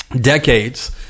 decades